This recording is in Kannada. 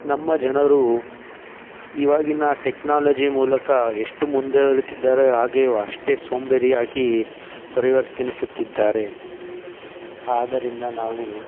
ನಮ್ಮ ಜನರು ಇವಾಗಿನ ಟೆಕ್ನಾಲಜಿ ಮೂಲಕ ಎಷ್ಟು ಮುಂದೆ ಹೋಗುತ್ತಿದ್ದಾರೋ ಹಾಗೇ ಅಷ್ಟೇ ಸೋಂಬೇರಿಯಾಗಿ ಪರಿವರ್ತಿಸುತ್ತಿದ್ದಾರೆ ಆದ್ದರಿಂದ ನಾವು